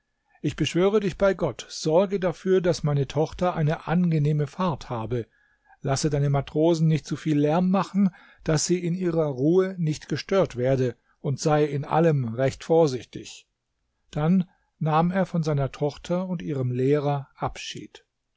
ich beschwöre dich bei gott sorge dafür daß meine tochter eine angenehme fahrt habe lasse deine matrosen nicht zu viel lärm machen daß sie in ihrer ruhe nicht gestört werde und sei in allem recht vorsichtig dann nahm er von seiner tochter und ihrem lehrer abschied